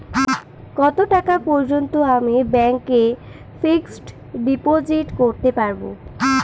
কত টাকা পর্যন্ত আমি ব্যাংক এ ফিক্সড ডিপোজিট করতে পারবো?